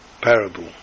parable